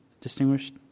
Distinguished